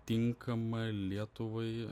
tinkamą lietuvai